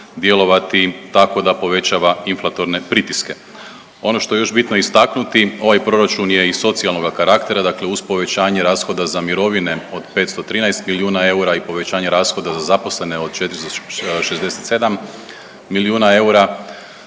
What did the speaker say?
djelovati tako da povećava inflatorne pritiske. Ono što je još bitno istaknuti ovaj proračun je i socijalnoga karaktera dakle uz povećanje rashoda za mirovine od 513 milijuna eura i povećanja rashoda za zaposlene od 467 milijuna eura.